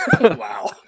Wow